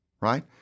right